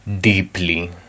deeply